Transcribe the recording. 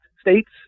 states